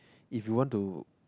if you want to